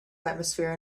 atmosphere